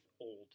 old